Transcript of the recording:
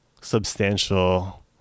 substantial